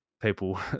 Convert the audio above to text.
people